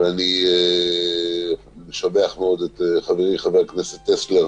ואני משבח מאוד את חברי, חבר הכנסת טסלר,